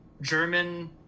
german